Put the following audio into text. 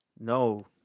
no